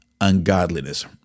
ungodliness